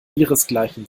ihresgleichen